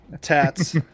tats